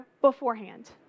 beforehand